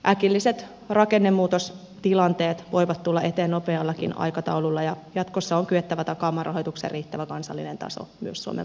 äkilliset rakennemuutostilanteet voivat tulla eteen nopeallakin aikataululla ja jatkossa on kyettävä takamaan rahoituksen riittävä kansallinen taso myös suomen parlamentista käsin